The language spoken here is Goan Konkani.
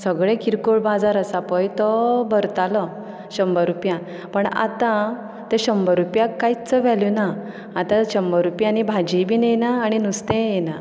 सगळो किरकोळ बाजार आसा पळय तो भरतालो शंबर रुपया पण आतां त्या शंबर रुपयाक कांयच वेल्यू ना आतां शंबर रुपयांनी भाजी बीन येयना आनी नुस्तेंय येयना